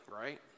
right